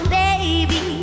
baby